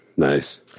nice